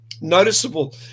noticeable